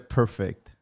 perfect